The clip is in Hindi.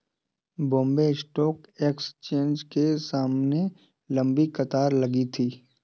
बॉम्बे स्टॉक एक्सचेंज के सामने लंबी कतार लगी थी